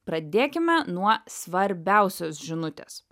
pradėkime nuo svarbiausios žinutės